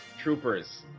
troopers